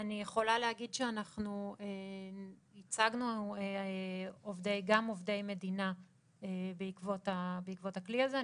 אני יכולה להגיד שאנחנו ייצגנו גם עובדי מדינה בעקבות הכלי הזה.